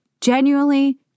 genuinely